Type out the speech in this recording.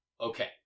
Okay